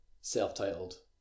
self-titled